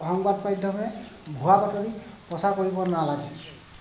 সংবাদ মাধ্যমে ভুৱা বাতৰি প্ৰচা কৰিব নালাগে